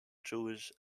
jewish